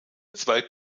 zwei